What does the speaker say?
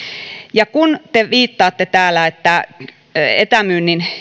ja kun te viittaatte täällä etämyynnin